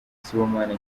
sibomana